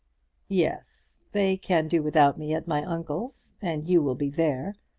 yes they can do without me at my uncle's, and you will be there.